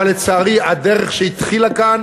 אבל, לצערי, הדרך שהתחילה כאן